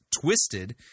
twisted